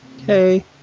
Okay